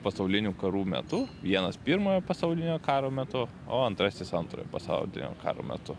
pasaulinių karų metu vienas pirmojo pasaulinio karo metu o antrasis antrojo pasaulinio karo metu